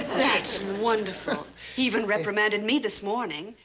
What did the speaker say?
that's wonderful. he even reprimanded me this morning.